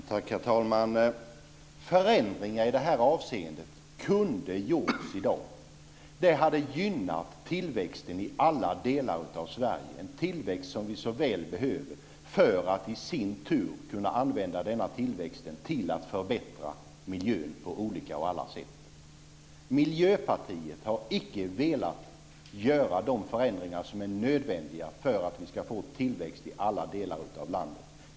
Herr talman! Förändringar i det här avseendet kunde ha genomförts i dag. Det hade gynnat tillväxten i alla delar av Sverige, en tillväxt som vi så väl behöver. Då hade vi kunnat använda denna tillväxt till att förbättra miljön på olika sätt. Miljöpartiet har icke velat göra de förändringar som är nödvändiga för att det ska bli tillväxt i alla delar av landet.